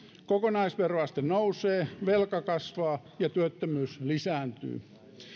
kokonaisveroaste nousee velka kasvaa ja työttömyys lisääntyy